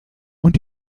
und